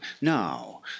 now